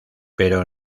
pero